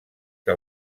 que